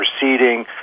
proceeding